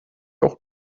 auch